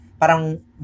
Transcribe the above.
Parang